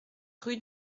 rue